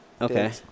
Okay